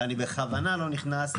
ואני בכוונה לא נכנס.